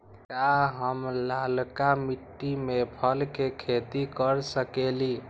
का हम लालका मिट्टी में फल के खेती कर सकेली?